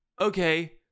okay